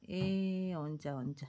ए हुन्छ हुन्छ